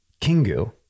kingu